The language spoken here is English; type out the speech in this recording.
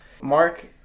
Mark